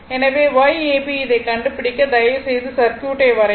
எனவே Yab இதை கண்டுபிடிக்க தயவுசெய்து சர்க்யூட்டை வரையவும்